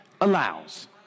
allows